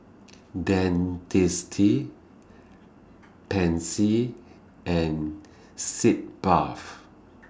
Dentiste Pansy and Sitz Bath